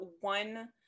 one